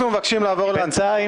אנחנו מבקשים לעבור להצעה.